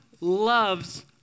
loves